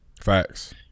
Facts